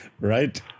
right